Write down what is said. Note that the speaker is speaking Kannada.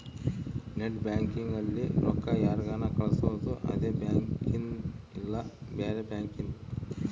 ನೆಟ್ ಬ್ಯಾಂಕಿಂಗ್ ಅಲ್ಲಿ ರೊಕ್ಕ ಯಾರ್ಗನ ಕಳ್ಸೊದು ಅದೆ ಬ್ಯಾಂಕಿಂದ್ ಇಲ್ಲ ಬ್ಯಾರೆ ಬ್ಯಾಂಕಿಂದ್